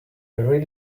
really